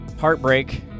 Heartbreak